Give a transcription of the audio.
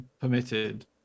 permitted